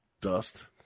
Dust